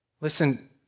Listen